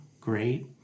great